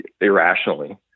irrationally